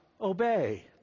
obey